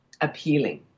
appealing